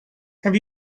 have